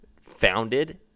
founded